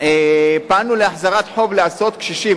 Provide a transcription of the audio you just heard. פעלנו להחזרת חוב לעשרות קשישים,